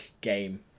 game